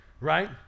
right